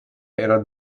era